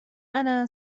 أنا